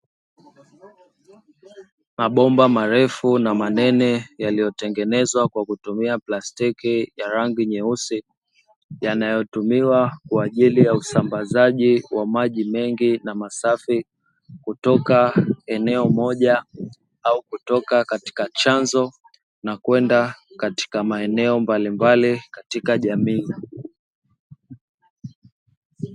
Mabomba marefu na manene yaliyotengenezwa kwa kutumia plastiki ya rangi nyeusi, yanayotumiwa kwaajili ya usambazaji wa maji mengi na masafi kutoka eneo moja au kutoka katika chanzo na kwenda katika maeneo mbalimbali katika jamii.